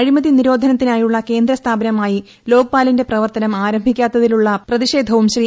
അഴിമതി നിരോധനത്തിനായുള്ള കേന്ദ്ര സ്ഥാപനമായി ലോക്പാലിന്റെ പ്രവർത്തനം ആരംഭിക്കാത്തതിലുള്ള പ്രതിഷേധവും ശ്രീ